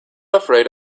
afraid